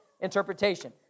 interpretation